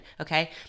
okay